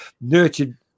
nurtured